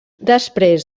després